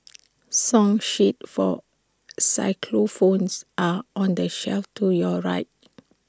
song sheets for xylophones are on the shelf to your right